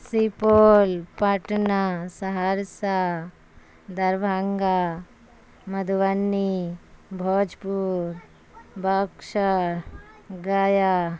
سپول پٹنہ سہرسہ دربھنگا مدھبنی بھوجپور بکسر گیا